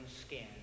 skin